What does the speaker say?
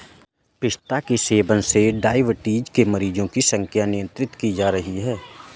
पिस्ता के सेवन से डाइबिटीज के मरीजों की संख्या नियंत्रित की जा रही है